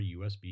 USB